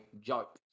joke